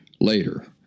later